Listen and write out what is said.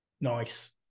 Nice